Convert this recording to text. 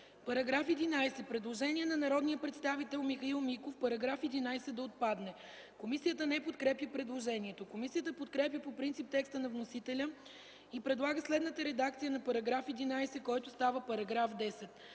По § 24 има предложение от народния представител Михаил Миков -§ 24 да отпадне. Комисията не подкрепя предложението. Комисията подкрепя по принцип текста на вносителя и предлага следната редакция на § 24, който става § 22: „§ 22.